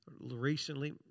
recently